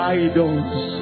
idols